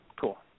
Cool